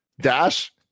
dash